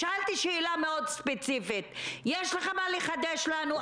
שאלתי שאלה מאוד ספציפית, יש לך מה לחדש לנו?